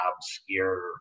obscure